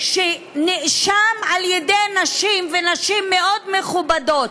של מי שנאשם על-ידי נשים ונשים מאוד מכובדות.